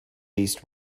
least